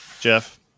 Jeff